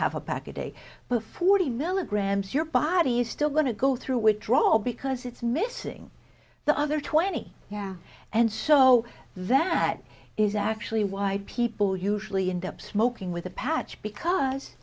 half a pack a day before the milligrams your body's still going to go through withdrawal because it's missing the other twenty yeah and so that is actually why people usually end up smoking with the patch because